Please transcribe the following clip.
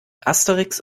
asterix